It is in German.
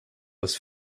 aus